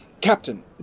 Captain